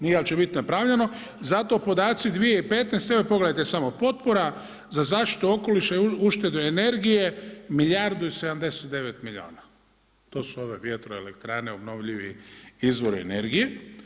Nije ali će biti napravljeno, zato podaci 2015., evo pogledajte samo, potpora za zaštitu okoliša i uštede energije milijardu i 79 milijuna, to su ove vjertroelektrane obnovljivi izvori energije.